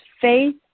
faith